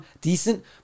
decent